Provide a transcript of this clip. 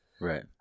Right